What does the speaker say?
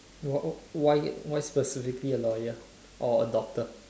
why why why why specifically a lawyer or a doctor